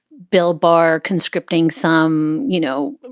bill barr conscripting some, you know,